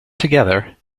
together